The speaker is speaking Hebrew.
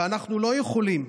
ואנחנו לא יכולים,